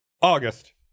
August